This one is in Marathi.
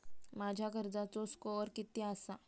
माझ्या कर्जाचो स्कोअर किती आसा?